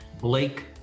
Blake